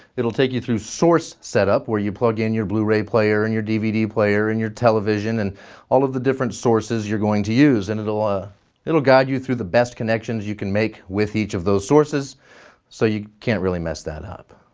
it'll take you through source setup where you plug in your blu-ray player and your dvd player and your television and all of the different sources you're going to use, and it'll ah it'll guide you through the best connections you can make with each of those sources so you can't really mess that up.